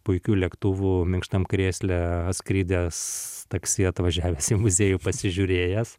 puikių lėktuvų minkštam krėsle atskridęs taksi atvažiavęs į muziejų pasižiūrėjęs